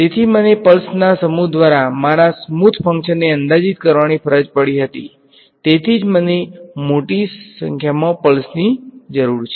તેથી મને પ્લસના સમૂહ દ્વારા મારા સ્મુથ ફંક્શનને અંદાજિત કરવાની ફરજ પડી હતી તેથી જ મને મોટી સંખ્યામાં પ્લસની જરૂર છે